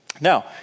Now